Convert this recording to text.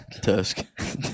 Tusk